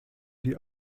die